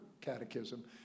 Catechism